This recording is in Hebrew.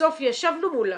בסוף ישבנו מולם,